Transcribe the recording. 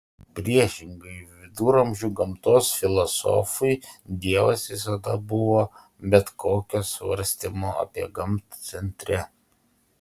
priešingai viduramžių gamtos filosofui dievas visada buvo bet kokio svarstymo apie gamtą centre